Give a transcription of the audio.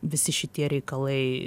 visi šitie reikalai